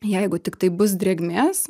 jeigu tiktai bus drėgmės